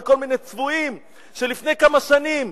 בגלל כל מיני צבועים שלפני כמה שנים,